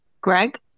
Greg